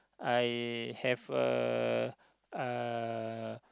I have a uh